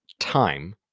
time